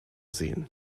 sehen